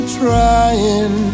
trying